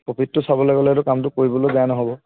প্ৰফিটটো চাবলৈ গ'লে এইটো কামটো কৰিবলৈয়ো বেয়া নহ'ব